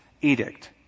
edict